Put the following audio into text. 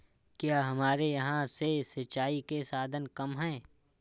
क्या हमारे यहाँ से सिंचाई के साधन कम है?